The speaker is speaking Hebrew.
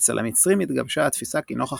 אצל המצרים התגבשה התפיסה כי נוכח